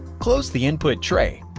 close the input tray,